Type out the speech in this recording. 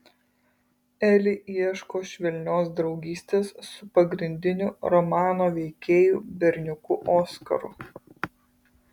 eli ieško švelnios draugystės su pagrindiniu romano veikėju berniuku oskaru